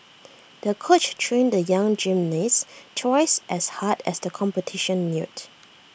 the coach trained the young gymnast twice as hard as the competition neared